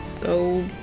go